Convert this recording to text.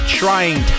trying